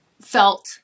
felt